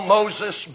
Moses